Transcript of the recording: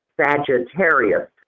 Sagittarius